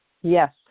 Yes